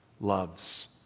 loves